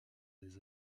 des